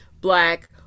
black